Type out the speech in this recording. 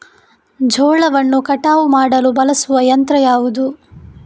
ಜೋಳವನ್ನು ಕಟಾವು ಮಾಡಲು ಬಳಸುವ ಯಂತ್ರ ಯಾವುದು?